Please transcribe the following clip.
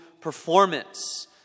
performance